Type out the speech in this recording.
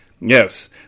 yes